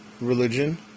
religion